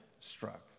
struck